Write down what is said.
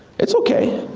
it's okay.